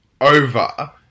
over